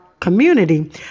Community